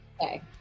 okay